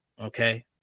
Okay